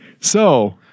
So-